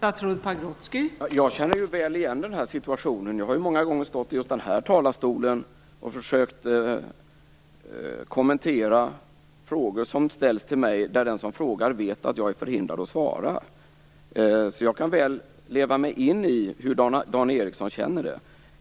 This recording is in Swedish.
Fru talman! Jag känner väl igen den situationen. Jag har ju många gånger stått i just den här talarstolen och försökt kommentera frågor som ställts till mig där den som frågar vet att jag är förhindrad att svara. Därför kan jag väl leva mig in i hur Dan Ericsson känner det.